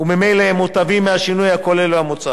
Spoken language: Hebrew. וממילא הם מוטבים מהשינוי הכולל המוצע.